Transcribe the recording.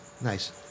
Nice